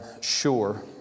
sure